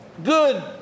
Good